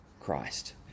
Christ